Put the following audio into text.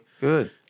good